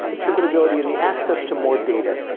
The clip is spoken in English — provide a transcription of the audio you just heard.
interpretability and the access to more data.